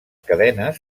cadenes